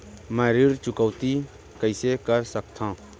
मैं ऋण चुकौती कइसे कर सकथव?